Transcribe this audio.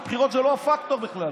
הבחירות זה לא פקטור בכלל,